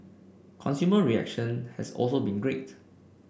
consumer reaction has also been great